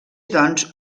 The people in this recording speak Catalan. doncs